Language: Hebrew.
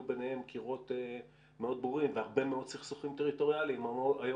ביניהם קירות מאוד ברורים והרבה מאוד סכסוכים